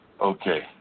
Okay